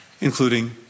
including